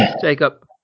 Jacob